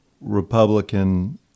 Republican